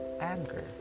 anger